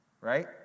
right